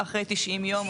אחרי 90 יום,